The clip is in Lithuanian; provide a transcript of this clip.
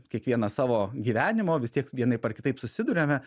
kiekvienas savo gyvenimo vis tiek vienaip ar kitaip susiduriame